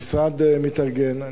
המשרד מתארגן,